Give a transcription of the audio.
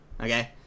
Okay